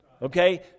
Okay